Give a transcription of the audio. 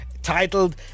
titled